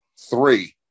three